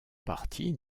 partie